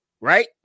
Right